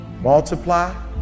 multiply